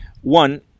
One